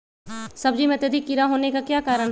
सब्जी में अत्यधिक कीड़ा होने का क्या कारण हैं?